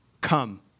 Come